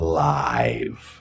live